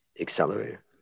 Accelerator